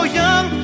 young